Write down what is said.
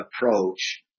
approach